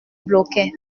bloquait